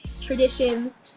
traditions